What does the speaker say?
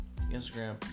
Instagram